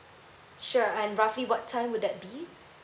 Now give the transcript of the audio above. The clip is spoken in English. sure and roughly what time would that be